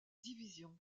division